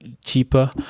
cheaper